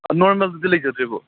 ꯅꯣꯔꯃꯦꯜꯗꯗꯤ ꯂꯩꯖꯗ꯭ꯔꯦꯕꯨ